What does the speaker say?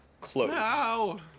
close